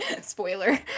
spoiler